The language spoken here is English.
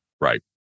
right